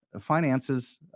finances